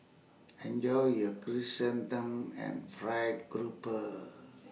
Enjoy your Chrysanthemum and Fried Grouper